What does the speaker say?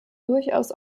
durchaus